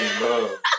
love